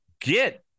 get